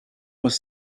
was